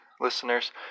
listeners